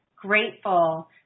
Grateful